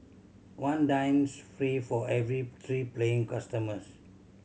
one dines free for every three paying customers